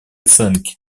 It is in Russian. оценки